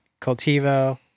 cultivo